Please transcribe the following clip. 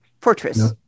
Fortress